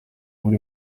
muri